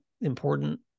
important